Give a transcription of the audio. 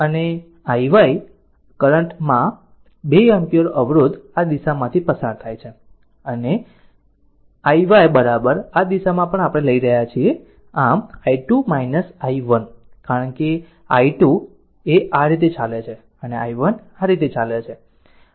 અને i y current માં 2 Ω અવરોધ આ દિશામાંથી પસાર થાય છે આમ i y આ દિશામાં આપણે લઈ રહ્યા છીએ આમ i2 i1 કારણ કે આ i2 આ i2 આ રીતે ચાલે છે અને આ i1 આ રીતે ચાલે છે